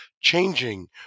changing